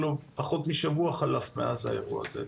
שלא פחות משבוע חלף מאז האירוע הזה,